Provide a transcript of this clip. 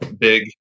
big